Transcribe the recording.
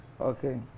Okay